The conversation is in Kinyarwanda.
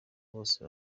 bose